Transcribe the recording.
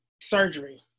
surgery